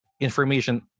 information